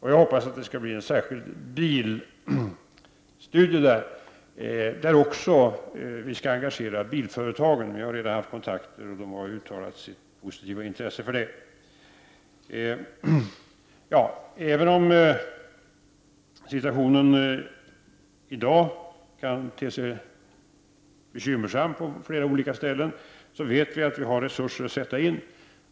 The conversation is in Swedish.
Jag hoppas att en särskild bilstudie skall komma till stånd, en studie i vilken vi även skall engagera bilföretagen; vi har redan haft kontakter, och de har uttalat sitt positiva intresse för detta. Även om situationen i dag kan te sig bekymmersam på flera olika ställen, vet vi att vi har resurser att sätta in.